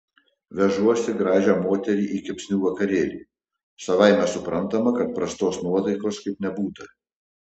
vežuosi gražią moterį į kepsnių vakarėlį savaime suprantama kad prastos nuotaikos kaip nebūta